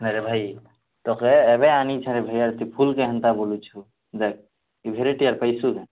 ଆରେ ଭାଇ ତେତେ ଏବେ ଆନିଛେରେ ଏନ୍ତା ଫୁଲ୍କୁ ହେନ୍ତା ବୋଲୁଛୁ ଦେଖ୍ ଏ ଭେରାଇଟ୍ର ଅର୍ ପାଇଛୁଁ କେଁ